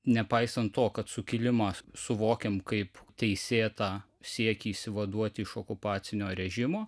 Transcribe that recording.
nepaisant to kad sukilimą suvokiam kaip teisėtą siekį išsivaduoti iš okupacinio režimo